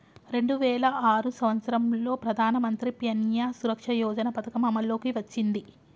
రెండు వేల ఆరు సంవత్సరంలో ప్రధానమంత్రి ప్యాన్య సురక్ష యోజన పథకం అమల్లోకి వచ్చింది